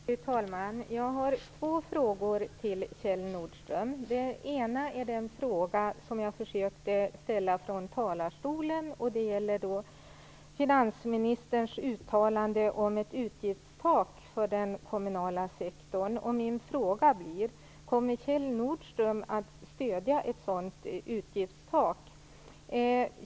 Fru talman! Jag har två frågor till Kjell Nordström. Den ena är den fråga jag försökte ställa från talarstolen. Det gäller finansministerns uttalande om ett utgiftstak för den kommunala sektorn. Min fråga blir: Kommer Kjell Nordström att stödja ett sådant utgiftstak?